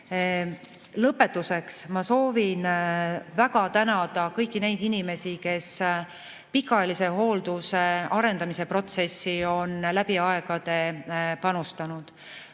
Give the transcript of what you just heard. ma soovin väga tänada kõiki neid inimesi, kes pikaajalise hoolduse arendamise protsessi on läbi aegade panustanud.